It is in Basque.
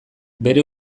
bere